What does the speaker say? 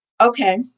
Okay